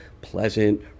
pleasant